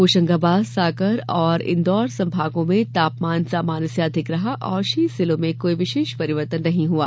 होशंगाबाद सागर और इंदौर संभागों में तापमान सामान्य से अधिक रहा तथा शेष जिलों में कोई विशेष परिवर्तन नहीं हुआ